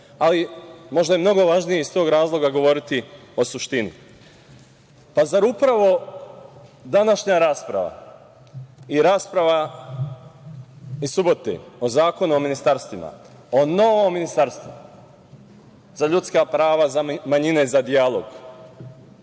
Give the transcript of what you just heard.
Ali, možda je mnogo važnije iz tog razloga govoriti o suštini. Pa, zar upravo današnja rasprava i rasprava iz subote o Zakonu o ministarstvima, o novom ministarstvu za ljudska prava, za manjine, za dijalog,